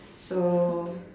so